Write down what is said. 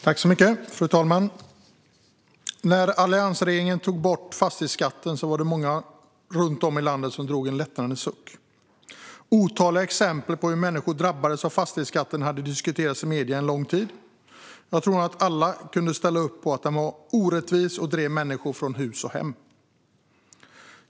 Fru talman! När alliansregeringen tog bort fastighetsskatten var det många runt om i landet som drog en lättnadens suck. Otaliga exempel på hur människor drabbades av fastighetsskatten hade diskuterats i medierna en lång tid. Jag tror nog att alla kunde ställa upp på att den var orättvis och drev människor från hus och hem.